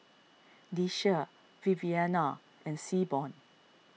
Deasia Viviana and Seaborn